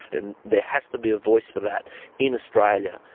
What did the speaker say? and there has to be a voice for that in australia,